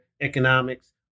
economics